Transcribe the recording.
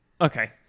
Okay